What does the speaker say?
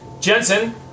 Jensen